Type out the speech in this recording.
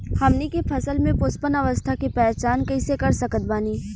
हमनी के फसल में पुष्पन अवस्था के पहचान कइसे कर सकत बानी?